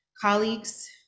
Colleagues